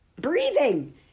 Breathing